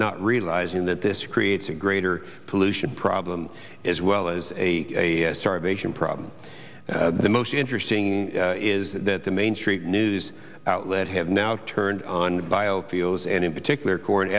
not realizing that this creates a greater pollution problem as well as a starvation problem the most interesting is that the main street news outlet have now turned on biofuels and in particular corn